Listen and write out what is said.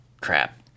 crap